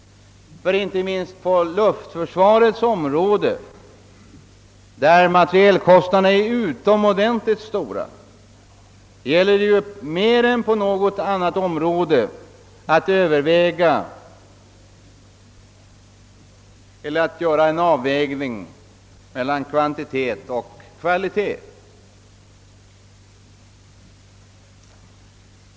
Just på flygets område, där materielkostnaderna är utomordentligt stora, gäller det ju mer än på något annat område att göra en avvägning mellan kvantitet och kvalitet.